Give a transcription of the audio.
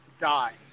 die